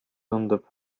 tundub